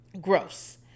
Gross